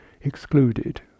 excluded